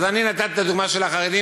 אז אני נתתי את הדוגמה של החרדים,